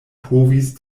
povis